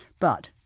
but,